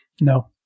no